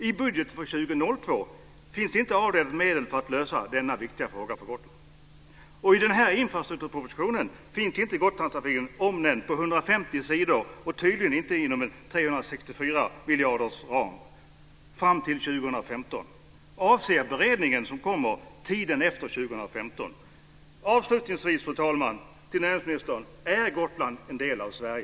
I budgeten för år 2002 finns inte avdelat medel för att lösa denna för Gotland så viktiga fråga, och i den här infrastrukturpropositionen finns Gotlandstrafiken inte omnämnd någonstans trots 150 sidor och tydligen inte heller inom en ram av 364 miljarder fram till år 2015. Avser den beredning som kommer tiden efter år 2015? Avslutningsvis, fru talman, vill jag fråga näringsministern: Är Gotland en del av Sverige?